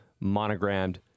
monogrammed